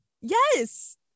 yes